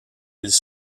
ils